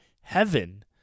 heaven